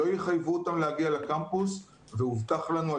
לא יחייבו אותם להגיע לקמפוס והובטח לנו על